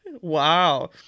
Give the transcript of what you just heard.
Wow